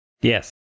Yes